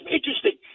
interesting